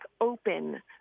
open